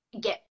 get